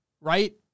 right